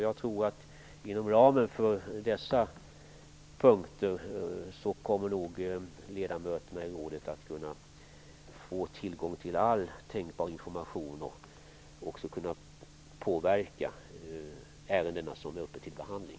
Jag tror att inom ramen för dessa punkter kommer ledamöterna i rådet att få tillgång till all tänkbar information och också kunna påverka de ärenden som är under behandling.